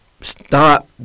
Stop